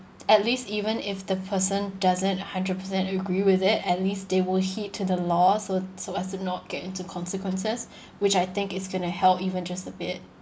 at least even if the person doesn't hundred percent agree with it at least they will heed to the laws so so as to not get into consequences which I think is going to help even just a bit